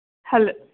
hello